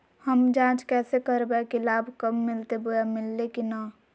हम जांच कैसे करबे की लाभ कब मिलते बोया मिल्ले की न?